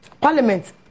Parliament